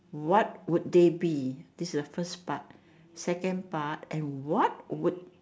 what would they be this is the first part second part and what would